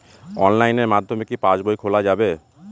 অনলাইনের মাধ্যমে কি পাসবই খোলা যাবে?